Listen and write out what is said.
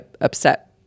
upset